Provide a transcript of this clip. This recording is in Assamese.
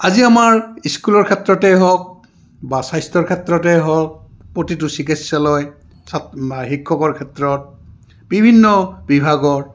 আজি আমাৰ স্কুলৰ ক্ষেত্ৰতে হওক বা স্বাস্থ্যৰ ক্ষেত্ৰতে হওক প্ৰতিটো চিকিৎসালয় শিক্ষকৰ ক্ষেত্ৰত বিভিন্ন বিভাগৰ